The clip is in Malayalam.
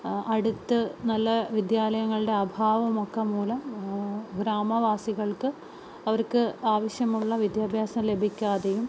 അടുത്ത് നല്ല വിദ്യാലയങ്ങളുടെ അഭാവമൊക്കെ മൂലം ഗ്രാമവാസികൾക്ക് അവർക്ക് ആവശ്യമുള്ള വിദ്യാഭ്യാസം ലഭിക്കാതെയും